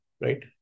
Right